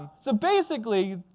so basically,